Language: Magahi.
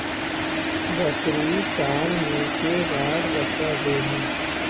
बकरी साल मे के बार बच्चा दे है?